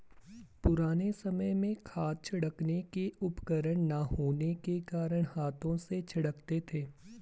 पुराने समय में खाद छिड़कने के उपकरण ना होने के कारण हाथों से छिड़कते थे